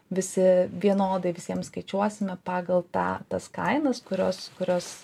visi vienodai visiems skaičiuosime pagal tą tas kainas kurios kurios